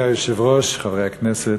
אדוני היושב-ראש, חברי הכנסת,